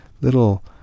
little